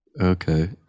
Okay